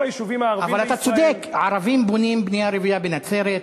אבל יש בנייה רוויה.